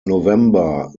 november